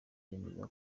yemeza